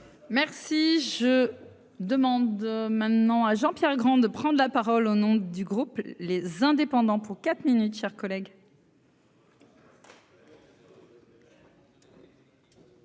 Merci. Je demande maintenant à Jean-Pierre Grand. Prendre la parole au nom du groupe les indépendants pour quatre minutes, chers collègues.